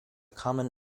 common